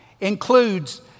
includes